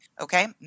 okay